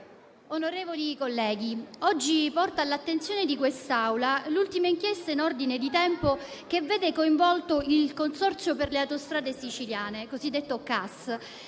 onorevoli colleghi, oggi porto all'attenzione di quest'Assemblea l'ultima inchiesta in ordine di tempo che vede coinvolto il Consorzio per le autostrade siciliane (CAS),